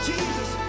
Jesus